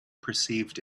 perceived